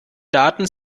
daten